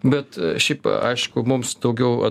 bet šiaip aišku mums daugiau vat